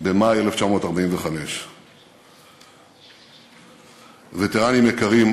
במאי 1945. וטרנים יקרים,